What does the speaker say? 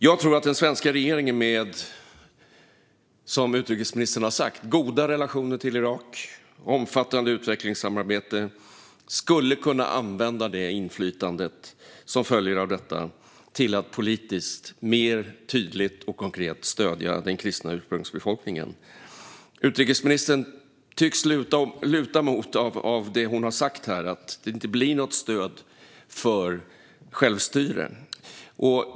Jag tror att den svenska regeringen med - som utrikesministern har sagt - goda relationer till Irak och omfattande utvecklingssamarbete skulle kunna använda det inflytande som följer av detta till att politiskt mer tydligt och konkret stödja den kristna ursprungsbefolkningen. Utifrån vad hon har sagt här tycks utrikesministern luta åt att det inte blir något stöd för självstyre.